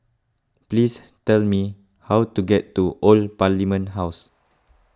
please tell me how to get to Old Parliament House